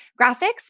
graphics